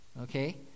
Okay